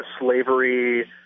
slavery